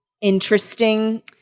interesting